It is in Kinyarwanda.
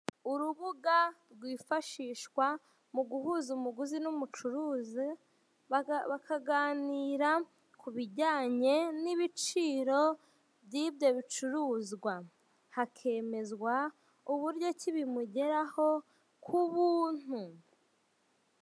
Urubuga rwifashishwa mu guhuza umuguzi n'umucuruzi, bakaganira ku bijyanye n'ibiciro byabyo bicuruza, hakemezwa n'uburyo bimugeraho ku buntu.